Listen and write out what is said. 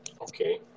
Okay